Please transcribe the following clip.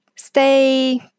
Stay